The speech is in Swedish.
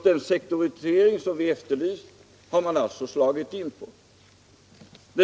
Den sektorisering som vi efterlyst har man alltså slagit in på.